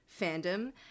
fandom